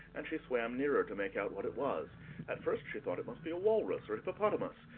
and she swam nearer to make out what it was at first she thought it must be a walrus or hippopotamus,